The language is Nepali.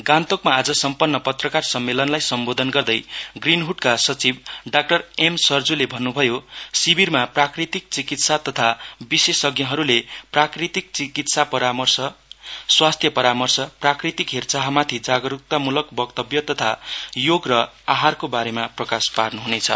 गान्तोकमा आज सम्पन्न पत्रकार सम्मेलनलाई सम्बोधन गर्दै ग्रीनहुडका सचिव डाक्टर एम सर्जुले भन्नुभयो शिविरमा प्राकृतिक चिकित्सक तथा विशेषज्ञहरुले प्राकृतिक चिकित्सा परमर्श स्वास्थ्य परामर्श प्राकृतिक हेस्याहमाथि जागरुकतामुलक वक्तव्य तथा योग र आहारको बारेमा प्रकाश पार्नुहनेछ